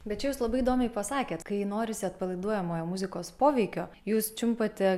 bet čia jūs labai įdomiai pasakėt kai norisi atpalaiduojamojo muzikos poveikio jūs čiumpate